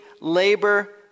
labor